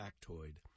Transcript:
factoid